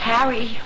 Harry